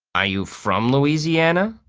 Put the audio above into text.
are you from louisiana?